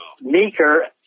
Meeker